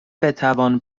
بتوان